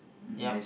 yup